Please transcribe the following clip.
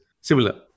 similar